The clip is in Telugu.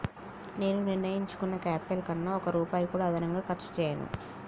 నేను నిర్ణయించుకున్న క్యాపిటల్ కన్నా ఒక్క రూపాయి కూడా అదనంగా ఖర్చు చేయను